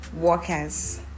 workers